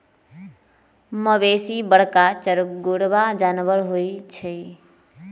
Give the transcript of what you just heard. मवेशी बरका चरगोरबा जानबर होइ छइ